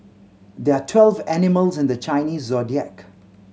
there are twelve animals in the Chinese Zodiac